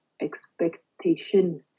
expectation